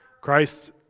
Christ